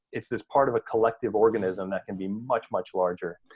it's this part of a collective organism that can be much, much larger.